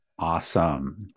Awesome